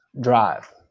drive